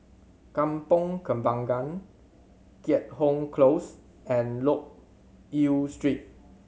Kampong Kembangan Keat Hong Close and Loke Yew Street